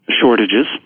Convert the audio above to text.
shortages